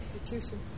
institution